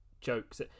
jokes